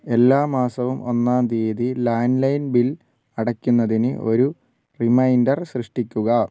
എല്ലാ മാസവും ഒന്നാം തീയതി ലാൻഡ് ലൈൻ ബിൽ അടക്കുന്നതിന് ഒരു റിമൈൻഡർ സൃഷ്ടിക്കുക